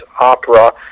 opera